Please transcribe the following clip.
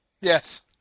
Yes